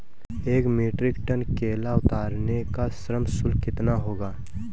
एक metric ton केला उतारने का श्रम शुल्क कितना होगा?